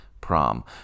prom